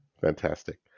Fantastic